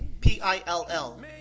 P-I-L-L